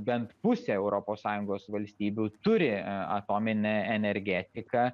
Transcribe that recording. bent pusę europos sąjungos valstybių turi atominę energetiką